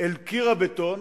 אל קיר הבטון?